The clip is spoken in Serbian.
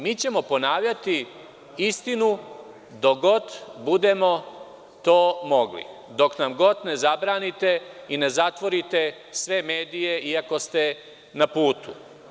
Mi ćemo ponavljati istinu dok god budemo to mogli, dok nam god ne zabranite i ne zatvorite sve medije, iako ste na putu.